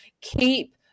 keep